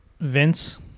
Vince